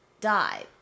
die